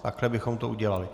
Takhle bychom to udělali.